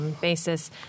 Basis